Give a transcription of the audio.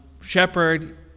shepherd